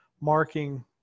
marking